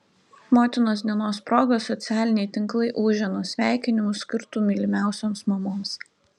motinos dienos proga socialiniai tinklai ūžė nuo sveikinimų skirtų mylimiausioms mamoms